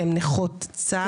שהן נכות צה"ל.